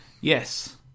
Yes